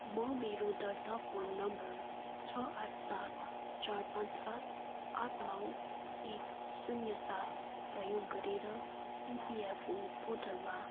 म मेरो दर्ता फोन नम्बर छ आठ सात चार पाँच सात आठ नौ एक शून्य सात प्रयोग गरेर इपिएफओ पोर्टलमा